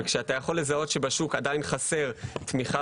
וכשאתה יכול לזהות שבשוק עדיין חסרה תמיכה